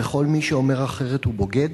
וכל מי שאומר אחרת הוא בוגד?